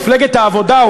מפלגת העבודה,